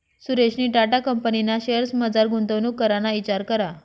सुरेशनी टाटा कंपनीना शेअर्समझार गुंतवणूक कराना इचार करा